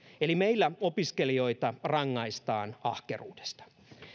eli meillä opiskelijoita rangaistaan ahkeruudesta